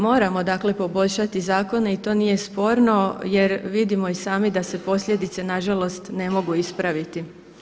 Moramo poboljšati zakone i to nije sporno jer vidimo i sami da se posljedice nažalost ne mogu ispraviti.